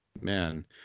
Man